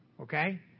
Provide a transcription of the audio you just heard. okay